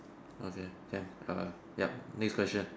okay can err ya next question